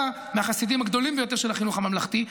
אתה מהחסידים הגדולים ביותר של החינוך הממלכתי,